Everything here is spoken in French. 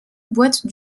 boite